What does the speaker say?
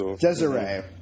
Desiree